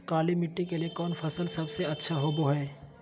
काली मिट्टी के लिए कौन फसल सब से अच्छा होबो हाय?